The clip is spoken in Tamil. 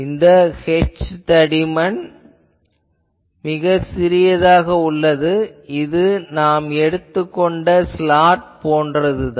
இந்த h தடிமன் மிக சிறியதாக இருக்கிறது இது நாம் எடுத்துக் கொண்ட ஸ்லாட் போன்றதுதான்